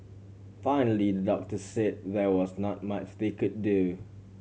finally doctor say there was not much they could do